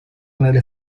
nelle